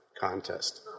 contest